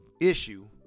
issue